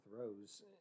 Rose